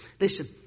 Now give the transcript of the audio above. Listen